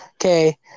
Okay